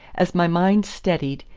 as my mind steadied,